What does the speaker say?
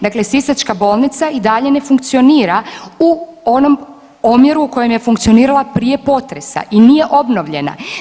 Dakle, sisačka bolnica i dalje ne funkcionira u onom omjeru u kojem je funkcionirala prije potresa i nije obnovljena.